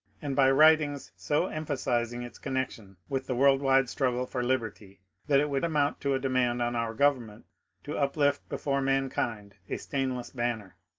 and by writings so emphasizing its connection with the world-wide struggle for liberty that it would amount to a demand on our government to uplift before mankind a stainless banner.